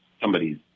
Somebody's